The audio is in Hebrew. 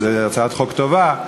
זו הצעת חוק טובה.